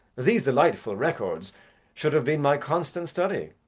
these delightful records should have been my constant study.